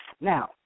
now